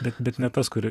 bet bet ne tas kuri